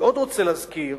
אני עוד רוצה להזכיר